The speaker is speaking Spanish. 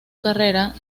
carrera